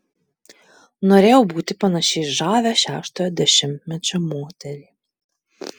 norėjau būti panaši į žavią šeštojo dešimtmečio moterį